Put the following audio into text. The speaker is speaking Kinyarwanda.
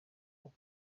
hafi